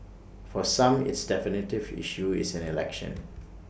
for some it's definitive issue is in election